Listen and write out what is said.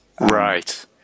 right